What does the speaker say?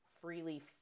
freely